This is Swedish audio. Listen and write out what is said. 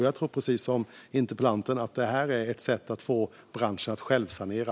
Jag tror, precis som interpellanten, att det här är ett sätt att få branschen att självsanera.